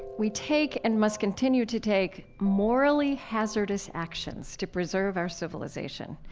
we take and must continue to take morally hazardous actions to preserve our civilization.